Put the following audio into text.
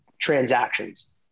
transactions